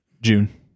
June